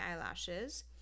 eyelashes